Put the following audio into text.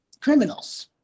criminals